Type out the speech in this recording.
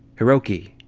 hiroki,